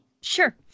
Sure